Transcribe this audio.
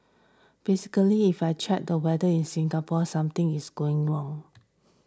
basically if I check the weather in Singapore something is gone wrong